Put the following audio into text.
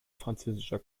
französischer